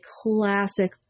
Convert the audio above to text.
classic